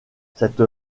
cette